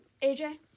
AJ